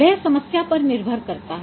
वह समस्या पर निर्भर करता है